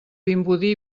vimbodí